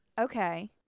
Okay